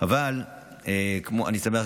אני שמח,